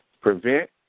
prevent